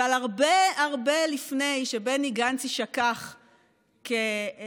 אבל הרבה הרבה לפני שבני גנץ יישכח כקצף,